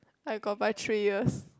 I got buy buy three years